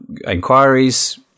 inquiries